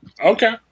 Okay